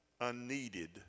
unneeded